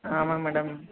ஆமாம்ங்க மேடம்